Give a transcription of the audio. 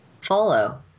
follow